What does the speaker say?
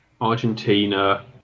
Argentina